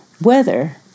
weather